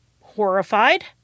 horrified